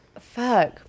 Fuck